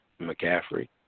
McCaffrey